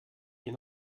hier